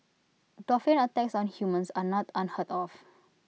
dolphin attacks on humans are not unheard of